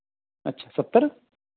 ਅੱਛਾ ਸੱਤਰ